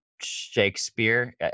Shakespeare